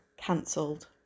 cancelled